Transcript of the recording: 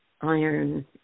iron